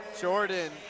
Jordan